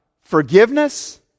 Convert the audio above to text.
forgiveness